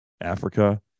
africa